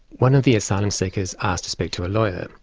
one of the asylum seekers asked to speak to a lawyer,